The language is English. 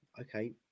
Okay